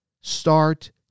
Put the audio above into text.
start